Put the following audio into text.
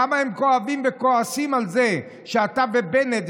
כמה הם כואבים וכועסים על זה שאתה ובנט,